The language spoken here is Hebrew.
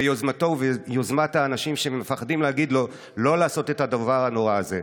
ביוזמתו וביוזמת האנשים שמפחדים להגיד לו לא לעשות את הדבר הנורא הזה.